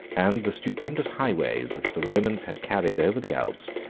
and the stupendous highways, which the romans had carried over the alps,